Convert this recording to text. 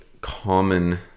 common